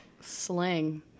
Slang